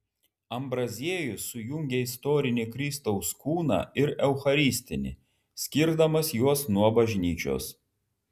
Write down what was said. ambraziejus sujungia istorinį kristaus kūną ir eucharistinį skirdamas juos nuo bažnyčios